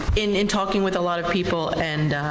in in talking with a lot of people and.